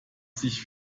sich